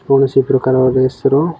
କୌଣସି ପ୍ରକାରର ରେସ୍ର